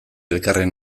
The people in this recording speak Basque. elkarren